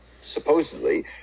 supposedly